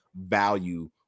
value